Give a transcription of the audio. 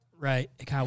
right